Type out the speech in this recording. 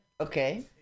Okay